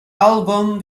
album